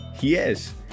Yes